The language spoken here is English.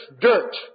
dirt